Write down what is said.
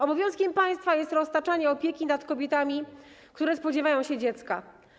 Obowiązkiem państwa jest roztaczanie opieki nad kobietami, które spodziewają się dziecka.